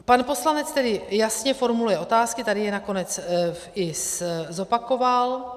Pan poslanec tedy jasně formuluje otázky, tady je nakonec i zopakoval.